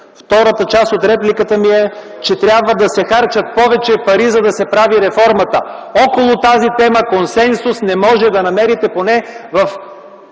Втората част от репликата ми е, че трябва да се харчат повече пари, за да се прави реформата. Около тази тема консенсус не може да намерите поне в